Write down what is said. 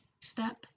Step